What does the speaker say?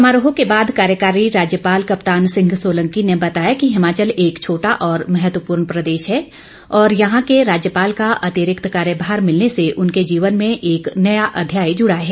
समारोह के बाद कार्यकारी राज्यपाल कप्तान सिंह सोलंकी ने बताया कि हिमाचल एक छोटा और महत्वपूर्ण प्रदेश है और यहां के राज्यपाल का अतिरिक्त कार्यभार मिलने से उनके जीवन में एक नया अध्याय जुड़ा है